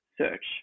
search